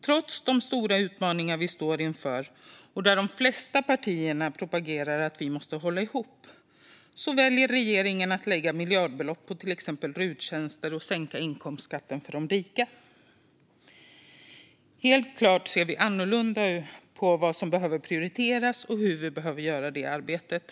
Trots de stora utmaningar vi står inför, där de flesta partier propagerar för att vi måste hålla ihop, väljer regeringen att lägga miljardbelopp på till exempel ruttjänster och på att sänka inkomstskatten för de rika. Helt klart ser vi annorlunda på vad som behöver prioriteras och hur vi behöver göra det arbetet.